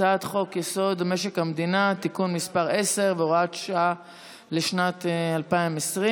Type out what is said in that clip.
הצעת חוק-יסוד: משק המדינה (תיקון מס' 10 והוראת שעה לשנת 2020)